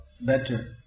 better